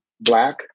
black